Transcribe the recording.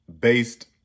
based